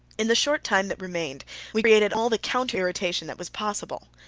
in the short time that remained we created all the counter-irritation that was possible.